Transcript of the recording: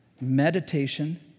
meditation